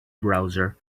browser